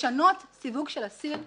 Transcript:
לשנות סיווג של אסיר,